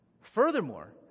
Furthermore